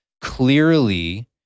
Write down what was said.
clearly